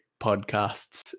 podcasts